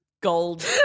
gold